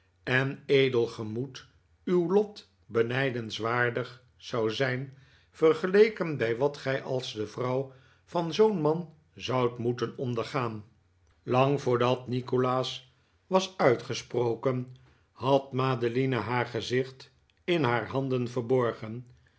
en edel gemoed uw lot benijdenswaardig zou zijn vergeleken bij wat gij als de vrouw van zoo'n man zoudt moeten ondergaan lang voordat nikolaas was uitgesproken had madeline haar gezicht in haar handen verborgen